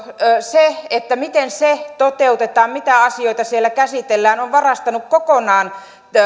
se miten tämä maakuntahallinto toteutetaan ja mitä asioita siellä käsitellään on varastanut kokonaan